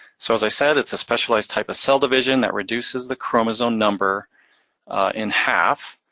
so as i said, it's a specialized type of cell division that reduces the chromosome number in half,